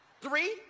three